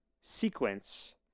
sequence